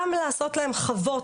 גם לעשות להם חוות,